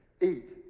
Eat